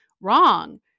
wrong